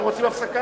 אתם רוצים הפסקה,